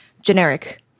generic